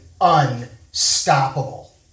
unstoppable